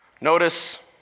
Notice